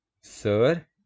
sir